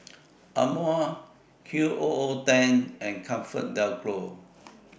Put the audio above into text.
Amore Qoo ten and ComfortDelGro